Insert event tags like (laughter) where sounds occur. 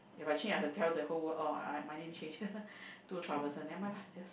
If I change I have to tell the whole world oh my name changed (laughs) too troublesome nevermind lah just